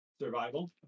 Survival